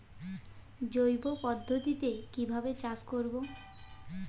জৈব পদ্ধতিতে কিভাবে চাষ করব?